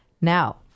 Now